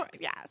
yes